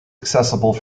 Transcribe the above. accessible